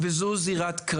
זו זירת,